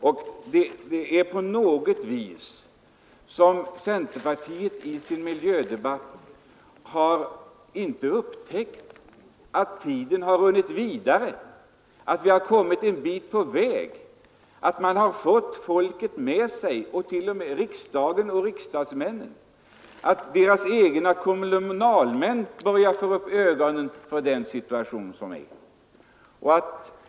Det verkar på något vis som om centerpartiet i sin miljödebatt inte har upptäckt att tiden runnit vidare, att vi kommit en bit på väg, att man fått folket med sig — t.o.m. riksdagen och riksdagsmännen — och att centerpartiets egna kommunalmän börjar få upp ögonen för den nya situationen.